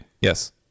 Yes